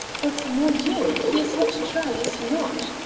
but, mon dieu! he is yet to try, is he not?